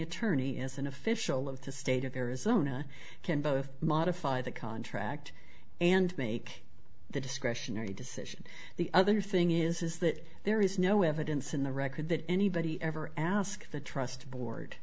attorney is an official of the state of arizona can both modify the contract and make the discretionary decision the other thing is is that there is no evidence in the record that anybody ever asked the trust board